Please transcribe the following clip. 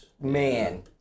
Man